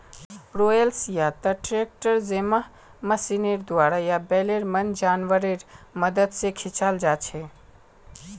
rollers या त tractor जैमहँ मशीनेर द्वारा या बैलेर मन जानवरेर मदद से खींचाल जाछे